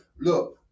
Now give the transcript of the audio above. Look